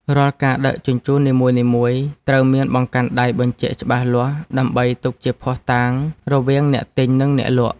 រាល់ការដឹកជញ្ជូននីមួយៗត្រូវមានបង្កាន់ដៃបញ្ជាក់ច្បាស់លាស់ដើម្បីទុកជាភស្តតាងរវាងអ្នកទិញនិងអ្នកលក់។